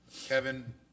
Kevin